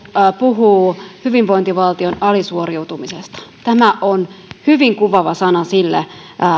puhuu hyvinvointivaltion alisuoriutumisesta tämä on hyvin kuvaava sana sille